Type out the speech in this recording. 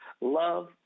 love